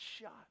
shot